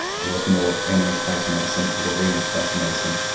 it was more eminence-based medicine, or vehemence based medicine.